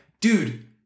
dude